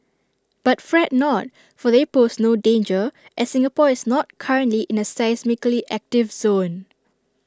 but fret not for they pose no danger as Singapore is not currently in A seismically active zone